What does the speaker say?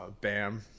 BAM